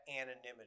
anonymity